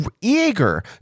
eager